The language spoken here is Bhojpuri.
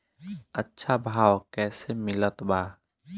अच्छा भाव कैसे मिलत बा?